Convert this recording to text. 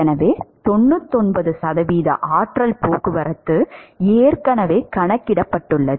எனவே 99 சதவீத ஆற்றல் போக்குவரத்து ஏற்கனவே கணக்கிடப்பட்டுள்ளது